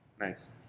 Nice